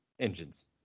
Engines